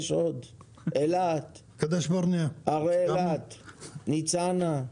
יש עוד, אילת, הרי אילת, ניצנה.